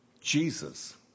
Jesus